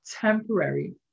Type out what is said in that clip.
Temporary